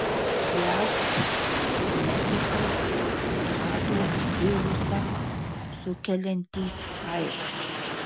jav medikai atrado virusą sukeliantį aids